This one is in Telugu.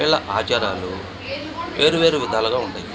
వీళ్ళ ఆచారాలు వేరు వేరు విధాలుగా ఉంటాయి